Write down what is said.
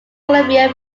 columbia